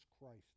Christ